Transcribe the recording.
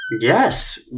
Yes